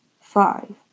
five